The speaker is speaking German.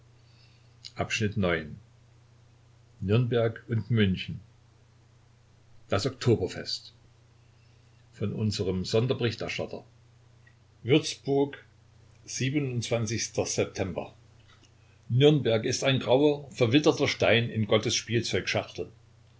volks-zeitung nürnberg und münchen das oktoberfest von unserem sonderberichterstatter würzburg september nürnberg ist ein grauer verwitterter stein in gottes